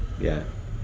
ya